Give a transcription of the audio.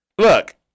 look